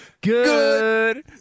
good